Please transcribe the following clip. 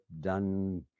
done